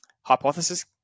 hypothesis